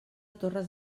torres